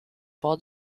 for